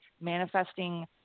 manifesting